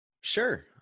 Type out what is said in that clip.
Sure